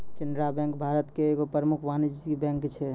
Canara bank Bharat के एगो प्रमुख वाणिज्यिक बैंक छै